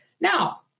Now